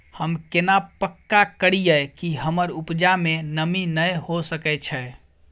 हम केना पक्का करियै कि हमर उपजा में नमी नय होय सके छै?